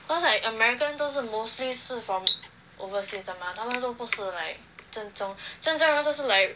cause like american 都是 mostly 是 from overseas 的 mah 他们都不是 like 正中正中人都是 like